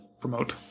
promote